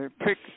pick